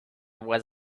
was